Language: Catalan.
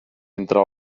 entre